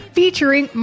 featuring